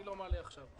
אני לא מעלה עכשיו.